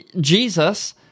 Jesus